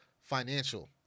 financial